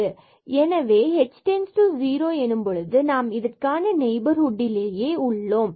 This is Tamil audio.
எனவே h→0 செல்லும் பொழுது நாம் இதற்கான ab நெய்பர்ஹுட்டிலேயே உள்ளோம்